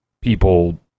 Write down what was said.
people